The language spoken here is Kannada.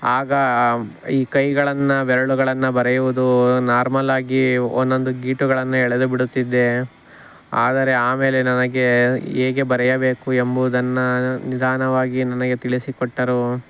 ಆಗ ಈ ಕೈಗಳನ್ನು ಬೆರಳುಗಳನ್ನು ಬರೆಯುವುದು ನಾರ್ಮಲಾಗಿ ಒಂದೊಂದು ಗೀಟುಗಳನ್ನು ಎಳೆದು ಬಿಡುತ್ತಿದ್ದೆ ಆದರೆ ಆಮೇಲೆ ನನಗೆ ಹೇಗೆ ಬರೆಯಬೇಕು ಎಂಬುದನ್ನು ನಿಧಾನವಾಗಿ ನನಗೆ ತಿಳಿಸಿಕೊಟ್ಟರು